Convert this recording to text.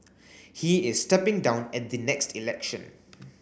he is stepping down at the next election